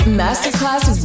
masterclass